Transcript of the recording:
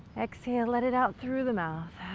exhale, let it out through the mouth.